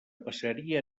passaria